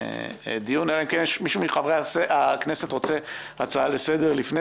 אלא אם כן מישהו מחברי הכנסת רוצה להציע הצעה לסדר לפני